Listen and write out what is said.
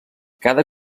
cada